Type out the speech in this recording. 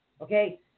okay